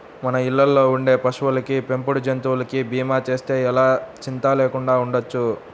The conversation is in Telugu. మన ఇళ్ళల్లో ఉండే పశువులకి, పెంపుడు జంతువులకి భీమా చేస్తే ఎలా చింతా లేకుండా ఉండొచ్చు